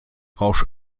rausch